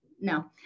no